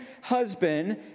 husband